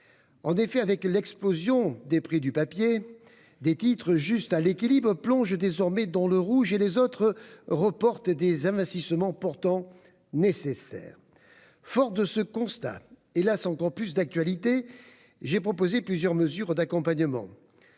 En effet, avec l'explosion des prix du papier, des titres strictement à l'équilibre financier plongent désormais dans le rouge ; les autres reportent des investissements pourtant nécessaires. Fort de ce constat, hélas ! toujours plus d'actualité, j'ai proposé plusieurs mesures d'accompagnement.